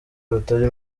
batari